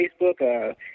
Facebook